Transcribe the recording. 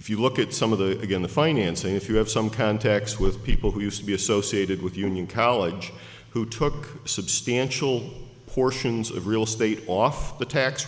if you look at some of the again the financing if you have some context with people who used to be associated with union college who took substantial portions of real estate off the tax